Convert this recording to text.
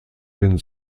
den